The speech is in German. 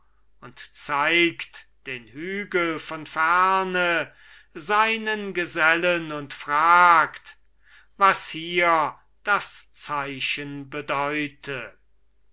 und zeigt den hügel von ferne seinen gesellen und fragt was hier das zeichen bedeute